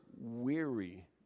weary